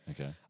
Okay